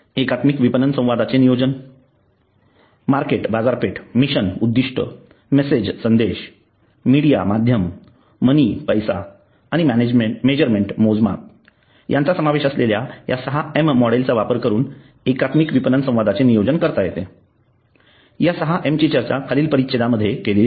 एकात्मिक विपणन संवादाचे नियोजन मार्केट बाजारपेठ मिशन उद्दिष्ट मेसेज संदेश मीडिया माध्यम मनी पैसा आणि मेजरमेंन्ट मोजमाप यांचा समावेश असलेल्या 6 एम मॉडेलचा वापर करून एकात्मिक विपणन संवादाचे नियोजन करता येते या सहा एम ची चर्चा खालील परिच्छेदांमध्ये केली आहे